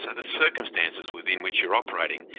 the circumstances within which you're operating.